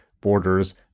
Borders